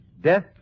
Death